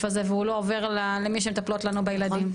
הזה והוא לא עובר למי שמטפלות לנו בילדים.